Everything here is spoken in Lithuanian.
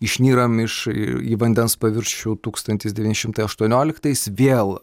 išnyrame iš į vandens paviršių tūkstantis devyni šimtai aštuonioliktais vėl